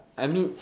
I mean